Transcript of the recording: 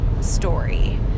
story